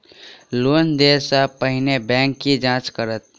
Loan देय सा पहिने बैंक की जाँच करत?